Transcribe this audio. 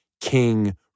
king